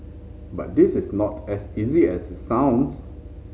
but this is not as easy as it sounds